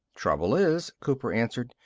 trouble is, cooper answered,